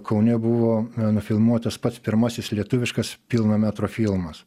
kaune buvo nufilmuotas pats pirmasis lietuviškas pilno metro filmas